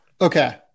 Okay